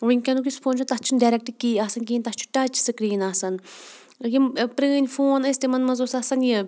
وٕنکیٚنُک یُس فون چھُ تَتھ چھُنہٕ ڈیریکٹ کی آسان کِہیٖنۍ تَتھ چھُ ٹَچ سکریٖن آسان یِم پرٲنۍ فون ٲسۍ تِمَن منٛز اوس آسان یہِ